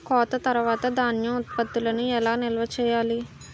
కోత తర్వాత ధాన్యం ఉత్పత్తులను ఎలా నిల్వ చేయాలి?